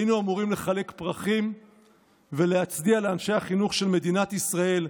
היינו אמורים לחלק פרחים ולהצדיע לאנשי החינוך של מדינת ישראל,